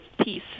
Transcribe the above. peace